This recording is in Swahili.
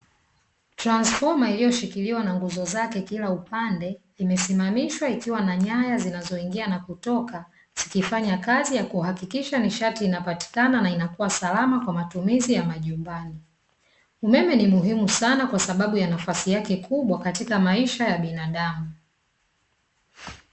Transifoma iliyoshikiwa na nguzo zake kila upande, imesimamishwa ikiwa na nyaya zinazoingia na kutoka, zikifanya kazi ya kuhakikisha nishati inapatikana na inakua salama kwa matumizi ya majumbani. Umeme ni muhimu sana kwasababu ya nafasi yake kubwa, katika maisha ya binaadamu